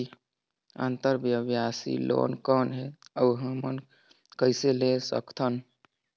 अंतरव्यवसायी लोन कौन हे? अउ हमन कइसे ले सकथन?